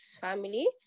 family